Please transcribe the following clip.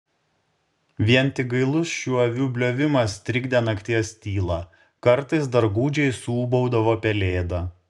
vien tik gailus šių avių bliovimas trikdė nakties tylą kartais dar gūdžiai suūbaudavo pelėda